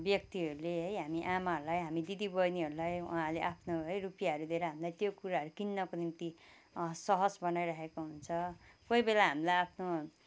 व्यक्तिहरूले है हामी आमाहरूलाई हामी दिदी बहिनीहरूलाई उहाँले आफ्नो है रुपियाँहरू दिएर हामलाई त्यो कुराहरू किन्नको निम्ति सहज बनाइरहेको हुन्छ कोहीबेला हामीलाई आफ्नो